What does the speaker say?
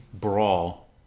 brawl